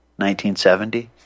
1970